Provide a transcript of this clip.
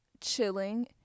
chilling